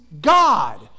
God